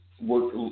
Work